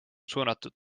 suunatud